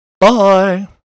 Bye